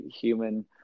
human